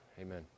Amen